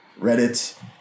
Reddit